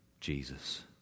Jesus